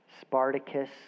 Spartacus